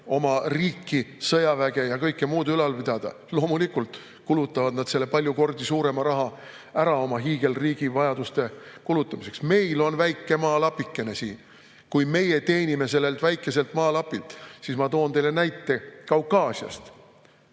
oma riiki, sõjaväge ja kõike muud ülal pidada. Loomulikult kulutavad nad selle palju kordi suurema raha ära oma hiigelriigi vajaduste [katmiseks]. Meil on väike maalapikene, meie teenime sellelt väikeselt maalapilt. Ma toon teile näite Kaukaasiast.